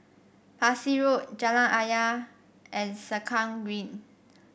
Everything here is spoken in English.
Parsi Road Jalan Ayer and Sengkang Green